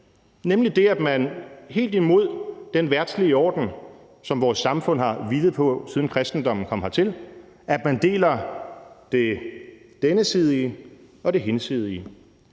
nemlig det, at man går imod den verdslige orden, som vores samfund har hvilet på, siden kristendommen kom hertil, altså at man deler det dennesidige og det hinsidige.